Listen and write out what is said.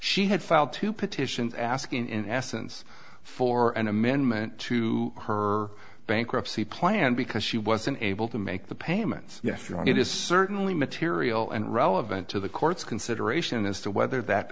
she had filed to petition asking in essence for an amendment to her bankruptcy plan because she wasn't able to make the payments yes you want it is certainly material and relevant to the court's consideration as to whether that